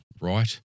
right